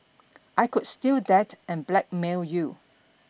I could steal that and blackmail you